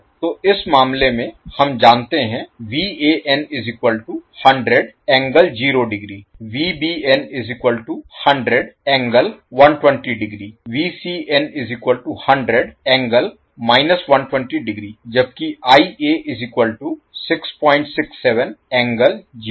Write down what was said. तो इस मामले में हम जानते हैं जबकि